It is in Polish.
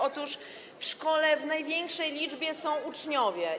Otóż w szkole w największej liczbie są uczniowie.